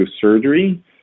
surgery